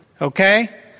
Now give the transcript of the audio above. okay